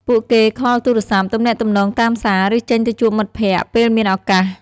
ពួកគេខលទូរសព្ទ ទំនាក់ទំនងតាមសារ ឬចេញទៅជួបមិត្តភក្តិពេលមានឱកាស។